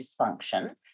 dysfunction